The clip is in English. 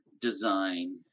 design